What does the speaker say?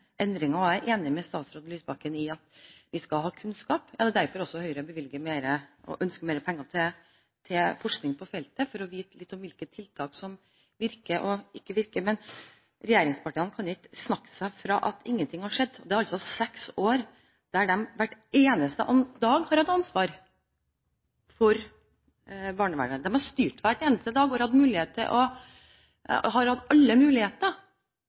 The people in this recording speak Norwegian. og jeg er enig med statsråd Lysbakken i at vi skal ha kunnskap. Ja, det er derfor Høyre også bevilger og ønsker mer penger til forskning på feltet – for å vite litt om hvilke tiltak som virker, og hvilke som ikke virker. Men regjeringspartiene kan ikke snakke seg fra at ingenting har skjedd. Det er altså seks år – der de hver eneste dag har hatt ansvar for barnevernet. De har styrt hver eneste dag – og har hatt